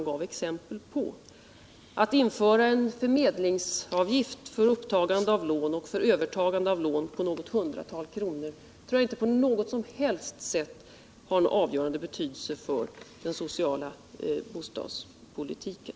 Ett införande av en förmedlingsavgift på något hundratal kronor för upptagande av lån och för övertagande av lån tror jag inte har någon avgörande betydelse för den sociala bostadspolitiken.